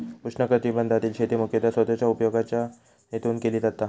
उष्णकटिबंधातील शेती मुख्यतः स्वतःच्या उपयोगाच्या हेतून केली जाता